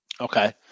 okay